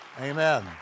Amen